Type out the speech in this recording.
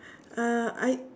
uh I